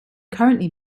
currently